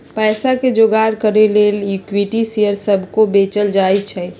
पईसा के जोगार करे के लेल इक्विटी शेयर सभके को बेचल जाइ छइ